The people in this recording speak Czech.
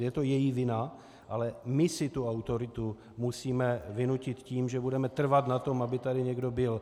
Je to její vina, ale my si tu autoritu musíme vynutit tím, že budeme trvat na tom, aby tady někdo byl.